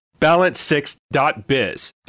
Balance6.biz